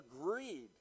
agreed